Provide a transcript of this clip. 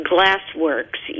Glassworks